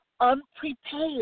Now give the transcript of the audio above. unprepared